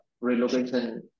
relocation